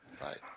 right